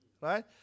right